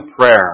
prayer